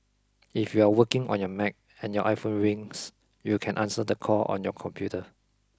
if you are working on your Mac and your iPhone rings you can answer the call on your computer